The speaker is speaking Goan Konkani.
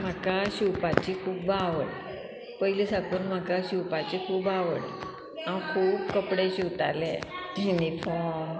म्हाका शिवपाची खूब आवड पयली साकून म्हाका शिवपाची खूब आवड हांव खूब कपडे शिंवताले युनिफॉर्म